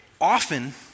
Often